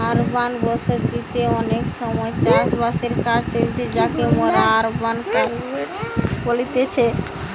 urban বসতি তে অনেক সময় চাষ বাসের কাজ চলতিছে যাকে মোরা আরবান কাল্টিভেশন বলতেছি